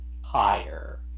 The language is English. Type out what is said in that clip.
higher